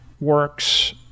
works